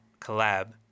collab